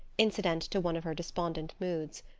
incident to one of her despondent moods.